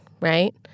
right